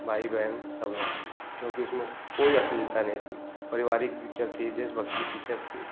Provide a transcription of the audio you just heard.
भाई बहन सब लोग क्योंकि उसमें कोई अश्लीलता नही थी परिवारिक पिच्चर थी देशभक्ति पिच्चर थी